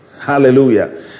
Hallelujah